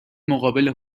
مقابل